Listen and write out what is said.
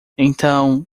então